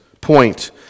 point